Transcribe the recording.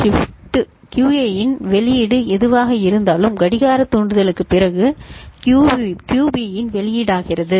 QA இன் வெளியீடு எதுவாக இருந்தாலும் கடிகார தூண்டுதலுக்குப் பிறகு QB இன் வெளியீடாகிறது